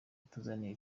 batuzaniye